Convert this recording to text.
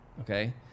okay